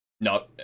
No